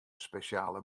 spesjale